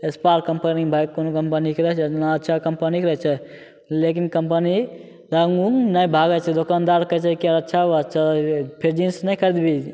spark company भाइ कोनो कम्पनीके रहै छै एतना अच्छा कम्पनीके रहै छै लेकिन कम्पनी रङ्ग उङ्ग नहि भागै छै दोकनदार कहै छै कि अच्छा बात छै फेर जीन्स नहि खरिदबही